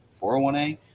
401A